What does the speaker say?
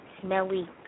smelly